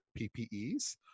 PPEs